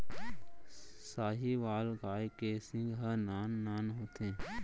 साहीवाल गाय के सींग ह नान नान होथे